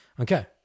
Okay